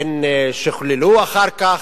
הן שוכללו אחר כך,